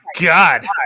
God